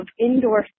indoor